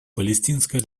палестинская